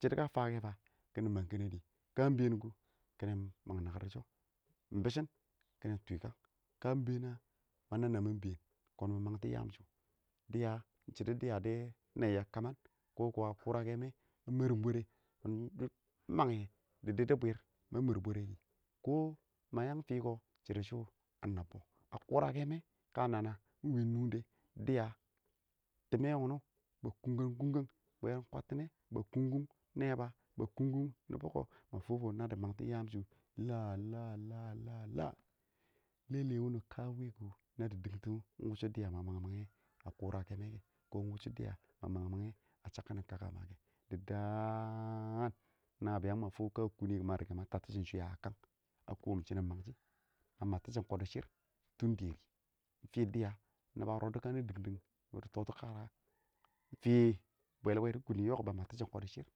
Shɪdɔ ka fakɛ fa kɪnɪ mang kenedi kə ɪng bɛɛn kʊ kɪni mang nakɪr dɪ shɔ ɪng bɪshɪn kɪ nɪ twikang ka ɪng bɛɛn a ma nab nab mɪ ɪng bɛɛ kiɪn mɪ mangtʊ yamshʊ dɪya ɪng shɪdɔ dɪ nɛyyɛ a kamma kʊrakɛ mɛ na mɛrʊm bwarɛ dɪ mangyɛ dɪ didibwir ma mɛr bwɛrɛ kɪ kɔ ma yang fikɔ shɪdɔ shʊ a nabbʊ a kʊrakɛ mɛ ka nana ɪng nʊngdɛ dɪya timɛ wʊm ba kʊngngang kʊng ngang bwɛbir kwattinɛ ba kʊngngʊng nɛba ba kʊngngʊn nɪbɔ ma fʊfʊ na dɪ mang tʊ yaamshʊ lalala lɛlɛ wʊni kan wɛ kʊ nədɪ dingtʊ ɪng wʊshɔ dɪya ma mang mangɛ kɛ a kʊrakɛ mɪ kɛ kɔ ɪng wʊshɔ dɪya ma mang mangɛ a wɪ chabkin kaka ma kɛ dɪ da an nabiyan ma fʊʊ ka kʊni ma rɪgɛ ma tattishim shɪ shiya a kang a kɔm shɪdɔ mang shɪ a mattishim kɔdɔ shɪrr dɛri ɪng fii dɪya nɪbɔ a rɔddɔ kan dɪng dɪng kʊ fii shɪ dɪ lɛɛ nɪ kɪ k bwalbwɛ dɪ kʊni kʊ bɪ nɛtɔ kɔdɔ shɪrr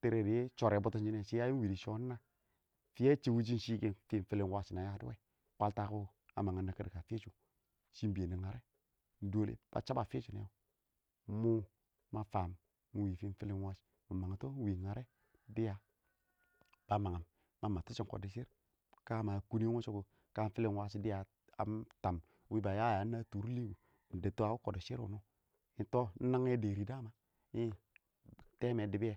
tɛrɛ dɪ shɔr bʊtʊn shɪ nɛ shɪ ɪng wɪ dɪ shɪ naa fɪ a chɪb wish kɪ ɪng fɪlɪn wash na yədɔ wɛ kwaltakɔ ɪng bɛɛn shɪ ɪng bɛɛn dɪ ngar rɛ ba chab afishʊ mʊ ma faam ɪng wɪɪn fɪlɪn wash mɪ mangtɔ ɪng wɪɪn ngarɛ dɪya ka mangɪm ɪng kuttishim kɔdɔshir, kama kʊnin wʊshɔ dɪya fɪlɪn wash dɪya a tam wɪɪn ba yaya wɛ inf na tʊrilikʊ, mɪ dɛttu a wɪ kɔdɔshɪrr wʊnʊ mɪ tɔ ɪng nangɛ dɛrɪ dama, tɛɛ mɛ dɪbɪyɛ.